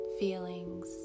feelings